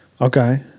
Okay